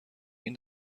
این